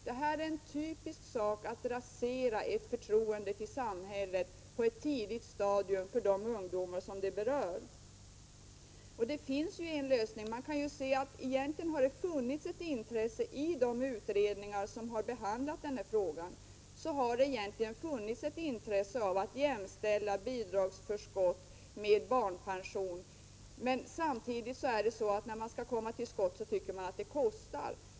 Det här är ett typiskt sätt att på ett tidigt stadium rasera ett förtroende till samhället hos de ungdomar som det berör. I de utredningar som har behandlat den här frågan har det egentligen funnits ett intresse av att jämställa barnpension med bidragsförskott. Samtidigt har det varit så att när man skall komma till skott, tycker man att det kostar.